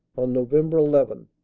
on november eleven,